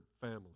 family